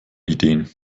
ideen